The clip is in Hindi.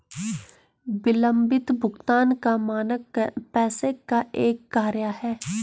विलम्बित भुगतान का मानक पैसे का एक कार्य है